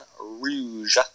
Rouge